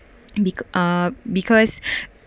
because uh because